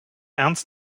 ernst